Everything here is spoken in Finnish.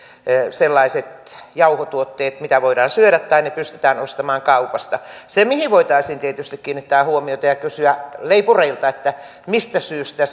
sellaiset jauhotuotteet mitä voidaan syödä tai ne pystytään ostamaan kaupasta se mihin voitaisiin tietysti kiinnittää huomiota on se että kysyttäisiin leipureilta mistä syystä